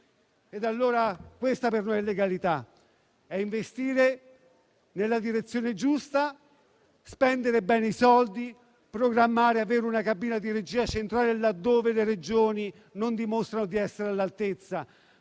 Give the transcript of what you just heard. Questa per noi è legalità: investire nella direzione giusta, spendere bene i soldi, programmare e avere una cabina di regia centrale, laddove le Regioni non dimostrano di essere all'altezza,